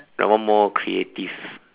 that one more creative